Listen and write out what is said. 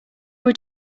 were